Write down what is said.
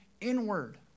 inward